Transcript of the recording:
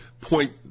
point